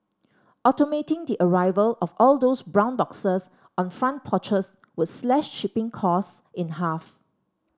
automating the arrival of all those brown boxes on front porches would slash shipping costs in half